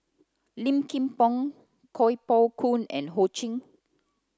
Lin Kim Pong Kuo Pao Kun and Ho Ching